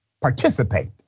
participate